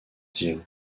tire